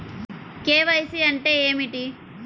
KYC అంటే ఏమిటి?